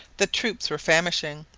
the troops were famishing.